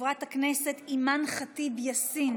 חברת הכנסת אימאן ח'טיב יאסין